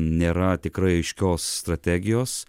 nėra tikrai aiškios strategijos